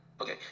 okay